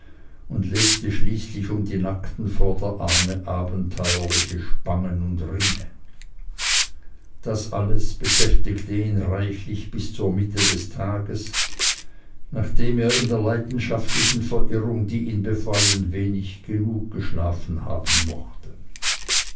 und legte schließlich um die nackten vorderarme abenteuerliche spangen und ringe das alles beschäftigte ihn reichlich bis zur mitte des tages nachdem er in der leidenschaftlichen verirrung die ihn befallen wenig genug geschlafen haben mochte